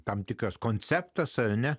tam tikras konceptas ar ne